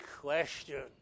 question